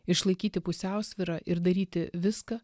išlaikyti pusiausvyrą ir daryti viską